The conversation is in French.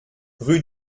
rue